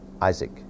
Isaac